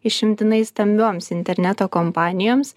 išimtinai stambioms interneto kompanijoms